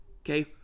Okay